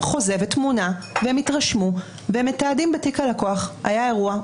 חוזה ותמונה והם התרשמו והם מתעדים בתיק הלקוח: היה אירוע,